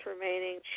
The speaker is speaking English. remaining